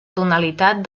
tonalitat